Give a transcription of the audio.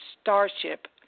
starship